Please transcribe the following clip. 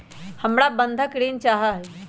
हमरा बंधक ऋण चाहा हई